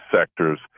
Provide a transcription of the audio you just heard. sectors